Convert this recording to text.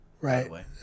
Right